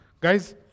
Guys